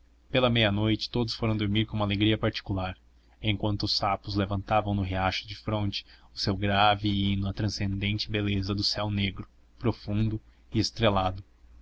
pela meia-noite todos foram dormir com uma alegria particular enquanto os sapos levantavam no riacho defronte o seu grave hino à transcendente beleza do céu negro profundo e estrelado